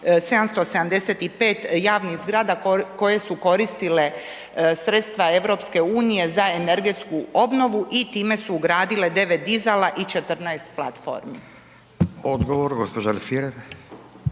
775 javnih zgrada koje su koristile sredstva EU za energetsku obnovu i time su ugradile 9 dizala i 14 platformi. **Radin, Furio